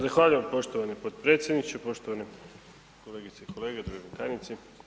Zahvaljujem poštovani potpredsjedniče, poštovane kolegice i kolege, državni tajnici.